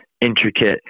intricate